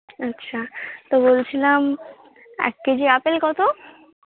আচ্ছা তো বলছিলাম এক কেজি আপেল কতো